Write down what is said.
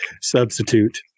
substitute